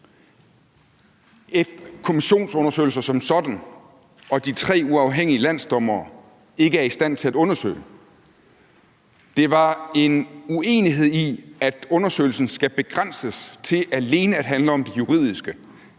af kommissionsundersøgelser som sådan, og at de tre uafhængige landsdommere er i stand til at undersøge, men det var en uenighed i, at undersøgelsen skal begrænses til alene at handle om det juridiske.